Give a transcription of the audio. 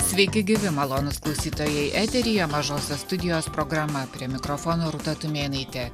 sveiki gyvi malonūs klausytojai eteryje mažosios studijos programa prie mikrofono rūta tumėnaitė